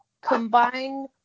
Combine